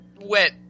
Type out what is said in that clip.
Wet